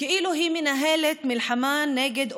כאילו מנהלת מלחמה נגד אויב.